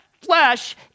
flesh